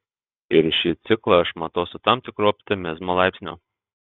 ir šį ciklą aš matau su tam tikru optimizmo laipsniu